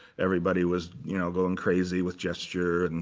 everybody was you know going crazy with gesture, and